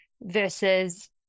versus